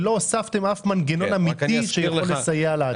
לא הוספתם אף מנגנון אמיתי שיכול לסייע לעצמאיים.